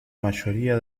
mayoría